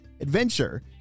adventure